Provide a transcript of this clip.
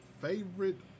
Favorite